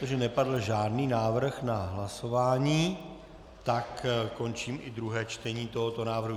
Protože nepadl žádný návrh na hlasování, končím i druhé čtení tohoto návrhu.